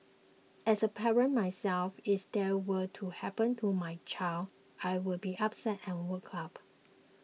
as a parent myself if this were to happen to my child I would be upset and worked up